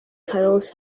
titles